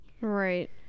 right